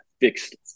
fixed